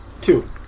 Two